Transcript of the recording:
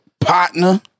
Partner